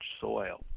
soil